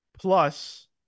plus